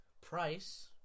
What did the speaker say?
Price